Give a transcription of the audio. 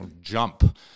jump